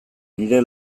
nire